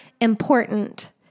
important